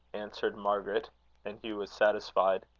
answered margaret and hugh was satisfied.